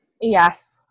yes